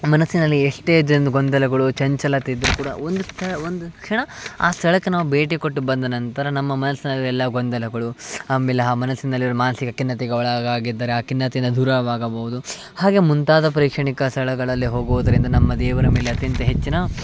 ಮನಸ್ಸಿನಲ್ಲಿ ಎಷ್ಟೇ ಜೆನ್ದ್ ಗೊಂದಲಗಳು ಚಂಚಲತೆ ಇದ್ದರು ಕೂಡ ಒಂದು ಸ್ಯಾ ಒಂದು ಕ್ಷಣ ಆ ಸ್ಥಳಕ್ಕೆ ನಾವು ಭೇಟಿ ಕೊಟ್ಟು ಬಂದ ನಂತರ ನಮ್ಮ ಮನಸ್ಸಿನಲ್ಲಿರುವ ಎಲ್ಲ ಗೊಂದಲಗಳು ಆಮೇಲೆ ಹಾ ಮನಸ್ಸಿನಲ್ಲಿರುವ ಮಾನಸಿಕ ಖಿನ್ನತೆಗೆ ಒಳಗಾಗಿದ್ದಾರೆ ಆ ಖಿನ್ನತೆಯಿಂದ ದೂರವಾಗಬಹ್ದು ಹಾಗೆ ಮುಂತಾದ ಪ್ರೇಕ್ಷಣೀಯ ಸ್ಥಳಗಳಲ್ಲಿ ಹೋಗುದರಿಂದ ನಮ್ಮ ದೇವರ ಮೇಲೆ ಅತ್ಯಂತ ಹೆಚ್ಚಿನ